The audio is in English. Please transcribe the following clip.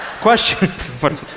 Question